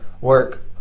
work